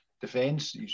defence